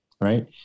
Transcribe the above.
Right